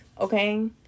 okay